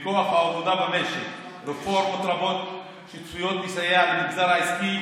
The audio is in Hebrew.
וכוח העבודה במשק ורפורמות רבות שצפויות לסייע למגזר העסקי